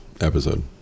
episode